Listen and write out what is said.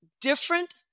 different